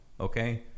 Okay